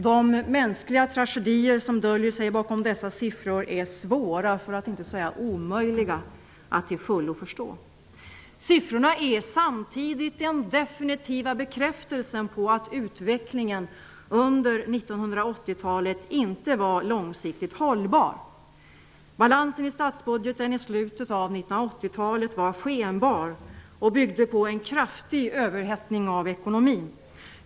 De mänskliga tragedier som döljer sig bakom dessa siffror är svåra för att inte säga omöjliga att till fullo förstå. Sifforna är samtidigt den definitiva bekräftelsen på att utvecklingen under 1980-talet inte var långsiktigt hållbar. Balansen i statsbudgeten i slutet av 1980-talet var skenbar och byggde på en kraftig överhettning av ekonomin.